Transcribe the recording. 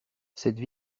cette